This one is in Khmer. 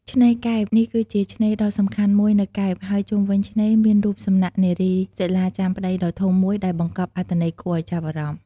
ឆ្នេរកែប នេះគឺជាឆ្នេរដ៏សំខាន់មួយនៅកែប ហើយជុំវិញឆ្នេរមានរូបសំណាកនារីសីលាចាំប្ដីដ៏ធំមួយ ដែលបង្កប់អត្ថន័យគួរឱ្យចាប់អារម្មណ៍។